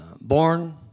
Born